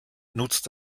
nutzt